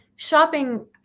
shopping